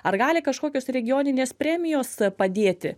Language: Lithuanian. ar gali kažkokios regioninės premijos padėti